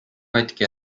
katki